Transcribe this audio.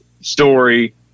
story